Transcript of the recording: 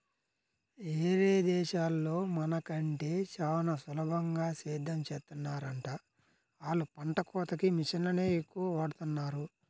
యేరే దేశాల్లో మన కంటే చానా సులభంగా సేద్దెం చేత్తన్నారంట, ఆళ్ళు పంట కోతకి మిషన్లనే ఎక్కువగా వాడతన్నారు